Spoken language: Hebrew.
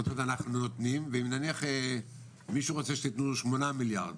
אם נניח מישהו רוצה שתיתנו לו שמונה מיליארד.